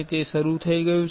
તે શરૂ થઈ ગયું છે